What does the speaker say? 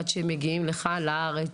עד שהם מגיעים לכאן לארץ.